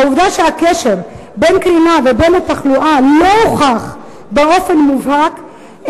העובדה שהקשר בין קרינה ובין התחלואה לא הוכח באופן מובהק,